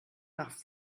nach